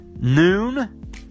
noon